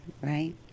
right